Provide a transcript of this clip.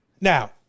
Now